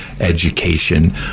education